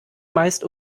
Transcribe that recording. meist